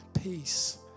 peace